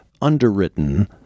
underwritten